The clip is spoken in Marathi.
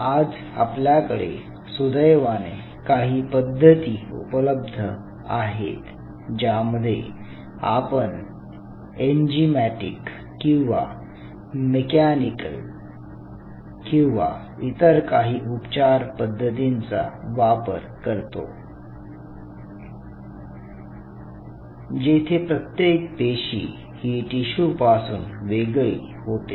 आज आपल्याकडे सुदैवाने काही पद्धती उपलब्ध आहेत ज्यामध्ये आपण एनजीमॅटिक किंवा मेकॅनिकल किंवा इतर काही उपचार पद्धतींचा वापर करतो जेथे प्रत्येक पेशी ही टिशू पासून वेगळी होते